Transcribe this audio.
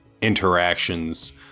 interactions